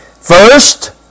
First